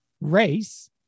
race